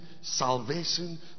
salvation